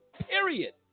period